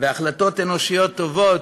והחלטות אנושיות טובות,